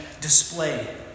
display